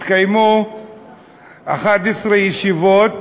התקיימו 11 ישיבות